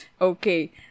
Okay